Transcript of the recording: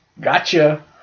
gotcha